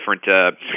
different